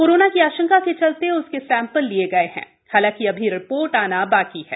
corona की आशंका के चलते उसके सेम्पल लिए गए हैं हालांकि अभी रिपोर्ट आना बाकी है